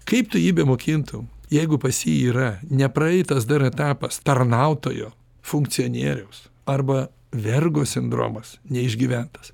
kaip tu jį bemokintum jeigu pas jį yra nepraeitas dar etapas tarnautojo funkcionieriaus arba vergo sindromas neišgyventas